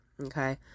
okay